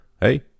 Hey